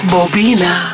Bobina